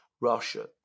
Russia